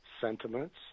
sentiments